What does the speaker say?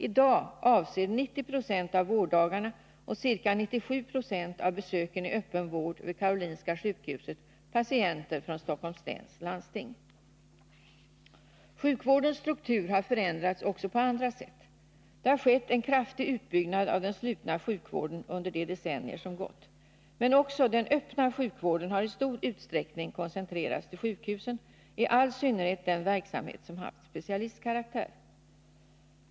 I dag avser 90 96 av vårddagarna och ca 97 26 av besöken i öppen vård vid Karolinska sjukhuset patienter från Stockholms läns landsting. Sjukvårdens struktur har förändrats också på andra sätt. Det har skett en kraftig utbyggnad av den slutna sjukvården under de decennier som gått. Men också den öppna sjukvården har i stor utsträckning koncentrerats till sjukhusen, i all synnerhet den verksamhet som haft specialistkaraktär.